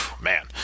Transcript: man